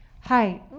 Hi